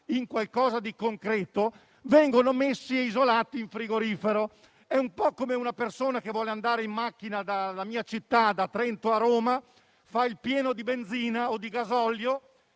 in qualcosa di concreto - vengono messi e isolati in frigorifero. È un po' come una persona che vuole andare in macchina da Trento, la mia città, a Roma e fa il pieno di benzina o di gasolio;